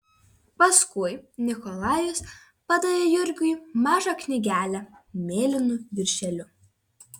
paskui nikolajus padavė jurgiui mažą knygelę mėlynu viršeliu